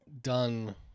done